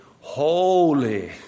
holy